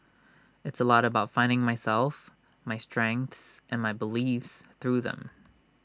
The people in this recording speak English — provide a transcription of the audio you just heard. it's A lot about finding myself my strengths and my beliefs through them